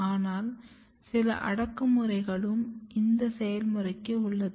ஆனால் சில அடக்குமுறைகளும் இந்த செயல்முறைக்கு உள்ளது